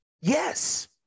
Yes